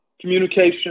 Communication